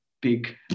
big